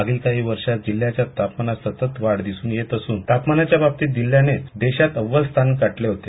मागील काही वर्षात जिल्ह्याच्या तापमानात सतत वाढ दिसून येत असून तापमानाच्या बाबतीत जिल्ह्याने देशात अव्वल स्थान गाठले होते